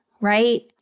right